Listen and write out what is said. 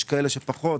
יש כאלה שפחות,